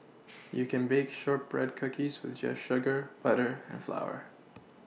you can bake shortbread cookies with just sugar butter and flour